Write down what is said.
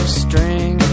string